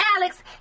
Alex